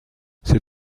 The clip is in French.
c’est